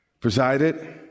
presided